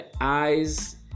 eyes